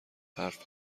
حرف